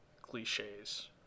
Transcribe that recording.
cliches